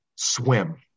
swim